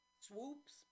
Swoops